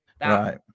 right